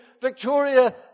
Victoria